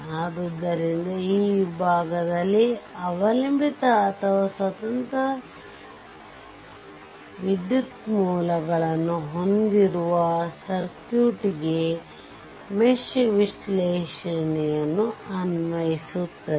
ಆದ್ದರಿಂದ ಈ ವಿಭಾಗದಲ್ಲಿ ಅವಲಂಬಿತ ಅಥವಾ ಸ್ವತಂತ್ರ ವಿದ್ಯುತ್ ಮೂಲಗಳನ್ನು ಹೊಂದಿರುವ ಸರ್ಕ್ಯೂಟ್ಗೆ ಮೆಶ್ ವಿಶ್ಲೇಷಣೆಯನ್ನು ಅನ್ವಯಿಸುತ್ತದೆ